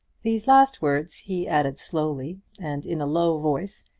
these last words he added slowly, and in a low voice,